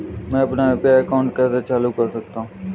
मैं अपना UPI account कैसे चालू कर सकता हूँ?